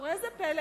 ראה זה פלא,